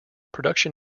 production